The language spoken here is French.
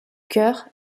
chœur